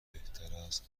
بهتراست